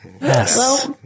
Yes